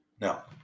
Now